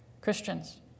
Christians